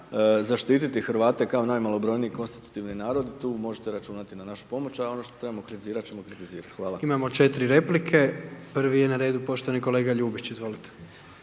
zaštititi Hrvate kao najmalobrojniji konstitutivni narod, tu možete računati na našu pomoć, a ono što trebamo kritizirat, ćemo kritizirat. Hvala. **Jandroković, Gordan (HDZ)** Imamo četiri replike. Prvi je na redu poštovani kolega Ljubić. Izvolite.